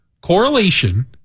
Correlation